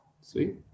Sweet